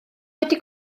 wedi